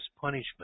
punishment